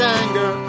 anger